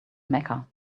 mecca